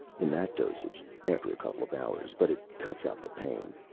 in that dosage, after a couple of hours. but it cuts out the pain